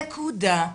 נקודה.